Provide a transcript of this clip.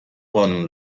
قانون